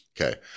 Okay